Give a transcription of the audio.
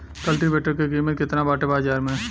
कल्टी वेटर क कीमत केतना बाटे बाजार में?